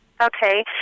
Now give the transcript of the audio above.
Okay